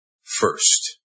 first